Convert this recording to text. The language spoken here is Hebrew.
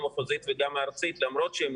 המחוזית והארצית בתחומים שחורגים מהעולם הבית ספרי,